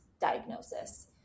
diagnosis